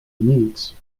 needs